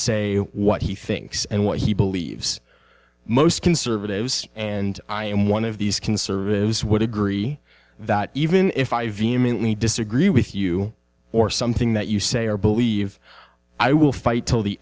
say what he thinks and what he believes most conservatives and i am one of these conservatives would agree that even if i vehemently disagree with you or something that you say or believe i will fight till the